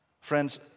Friends